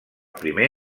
primer